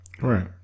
Right